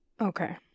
Okay